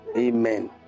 amen